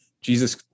Jesus